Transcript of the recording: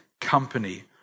company